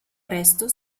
presto